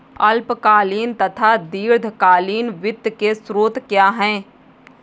अल्पकालीन तथा दीर्घकालीन वित्त के स्रोत क्या हैं?